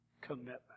commitment